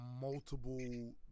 multiple